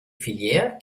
filières